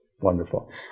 Wonderful